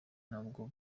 ntabwo